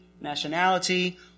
nationality